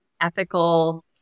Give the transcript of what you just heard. ethical